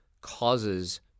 causes